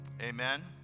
Amen